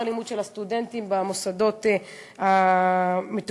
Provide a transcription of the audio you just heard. הלימוד של הסטודנטים במוסדות המתוקצבים,